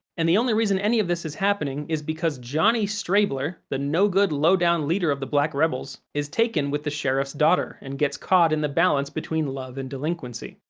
and the only reason any of this is happening is because johnny strabler, the no-good, low-down leader of the black rebels, is taken with the sheriff's daughter and gets caught in the balance between love and delinquency.